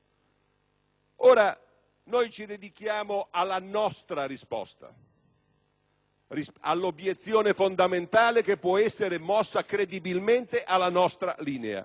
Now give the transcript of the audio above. cura? Noi ci dedichiamo alla nostra risposta, all'obiezione fondamentale che può essere mossa credibilmente alla nostra linea,